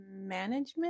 management